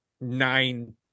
nine